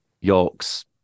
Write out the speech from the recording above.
York's